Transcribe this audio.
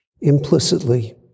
Implicitly